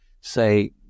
say